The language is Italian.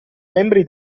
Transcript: membri